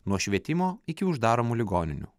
nuo švietimo iki uždaromų ligoninių